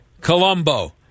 Colombo